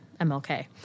MLK